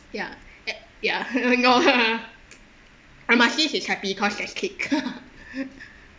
ya ya you know lah I must say he's happy cause there's cake